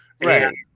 Right